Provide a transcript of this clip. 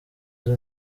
izo